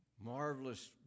marvelous